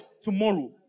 tomorrow